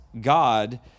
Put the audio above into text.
God